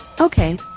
Okay